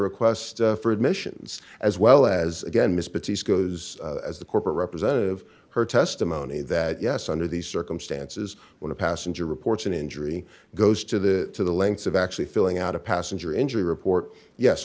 request for admissions as well as again mr t s goes as the corporate representative her testimony that yes under these circumstances when a passenger reports an injury goes to the the lengths of actually filling out a passenger injury report yes